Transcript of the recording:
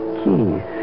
keys